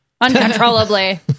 uncontrollably